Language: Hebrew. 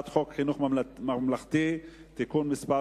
חינוך ממלכתי (תיקון מס'